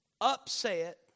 upset